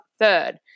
third